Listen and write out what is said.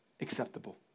acceptable